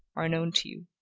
are known to you.